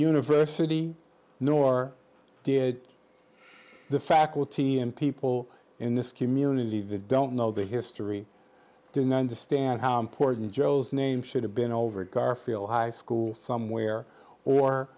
university nor did the faculty and people in this community that don't know the history didn't understand how important joe's name should have been over garfield high school somewhere or